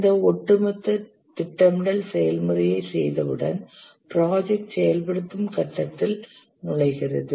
இந்த ஒட்டுமொத்த திட்டமிடல் செயல்முறையைச் செய்தவுடன் ப்ராஜெக்ட் செயல்படுத்தும் கட்டத்தில் நுழைகிறது